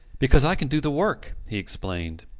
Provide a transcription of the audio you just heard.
because i can do the work, he explained.